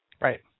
Right